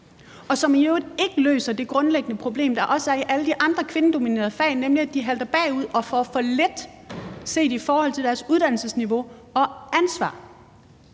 og som i øvrigt ikke løser det grundlæggende problem, der også er i alle de andre kvindedominerede fag, nemlig at de halter bagud og får for lidt set i forhold til deres uddannelsesniveau og ansvar.